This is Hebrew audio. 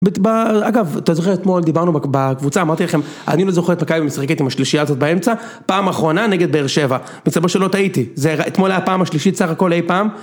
אגב אתה זוכר אתמול דיברנו בקבוצה אמרתי לכם אני לא זוכר אתמקאי משחקת עם השלישיה הזאת באמצע, פעם אחרונה נגד באר שבע. מתברר שלא טעיתי, אתמול היה פעם השלישית סך הכל אי פעם